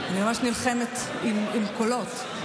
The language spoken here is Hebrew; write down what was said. אני ממש נלחמת עם קולות.